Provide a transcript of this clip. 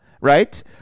right